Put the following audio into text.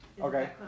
Okay